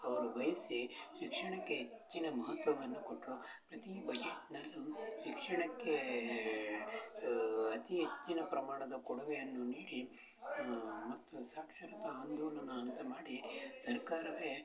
ಅವರು ಬಯಸಿ ಶಿಕ್ಷಣಕ್ಕೆ ಹೆಚ್ಚಿನ ಮಹತ್ವವನ್ನು ಕೊಟ್ಟರು ಪ್ರತಿ ಬಜೆಟ್ನಲ್ಲು ಶಿಕ್ಷಣಕ್ಕೆ ಅತಿ ಹೆಚ್ಚಿನ ಪ್ರಮಾಣದ ಕೊಡುಗೆಯನ್ನು ನೀಡಿ ಮತ್ತು ಸಾಕ್ಷರತ ಆಂದೋಲನ ಅಂತ ಮಾಡಿ ಸರ್ಕಾರವೆ